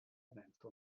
vento